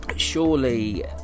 surely